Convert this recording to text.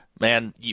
man